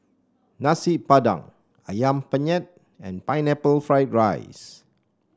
Nasi Padang ayam Penyet and Pineapple Fried Rice